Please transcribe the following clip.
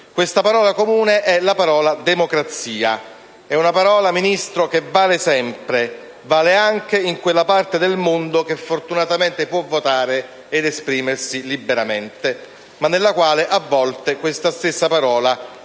Questa parola comune è: «democrazia». Una parola, signora Ministro, che vale sempre: vale anche in quella parte del mondo che fortunatamente può votare ed esprimersi liberamente, ma nella quale, a volte, questa stessa parola allude